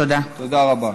תודה רבה.